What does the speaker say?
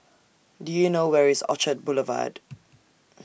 Do YOU know Where IS Orchard Boulevard